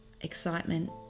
excitement